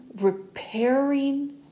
repairing